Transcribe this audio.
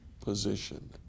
position